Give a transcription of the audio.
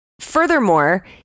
furthermore